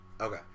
Okay